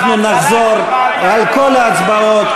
אנחנו נחזור על כל ההצבעות,